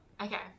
okay